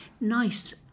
NICE